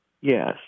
Yes